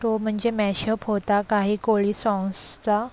तो म्हणजे मॅशअप होता काही कोळी साँग्सचा